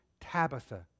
Tabitha